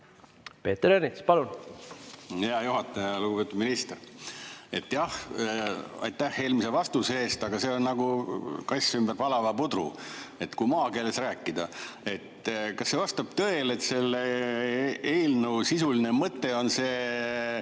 Peeter Ernits, palun! Hea juhataja! Lugupeetud minister, aitäh eelmise vastuse eest! Aga see on nagu kass ümber palava pudru, kui maakeeles rääkida. Kas vastab tõele, et selle eelnõu sisuline mõte on see,